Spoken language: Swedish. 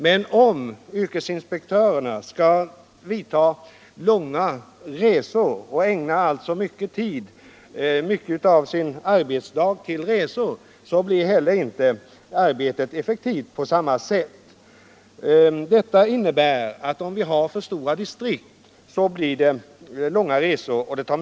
Men om yrkesinspektörerna skall ägna alltför mycket av sin arbetsdag åt långa resor, blir arbetet inte effektivt, och så blir fallet om distrikten är för stora.